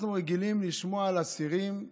אנחנו רגילים לשמוע על אסירים,